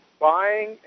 buying